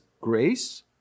grace